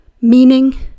meaning